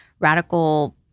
radical